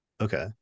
Okay